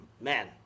man